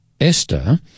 Esther